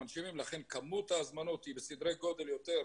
מכונות ההנשמה קצת מתנגש עם הנתונים ששמענו כאן,